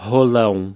Rolão